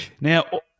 Now